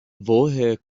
woher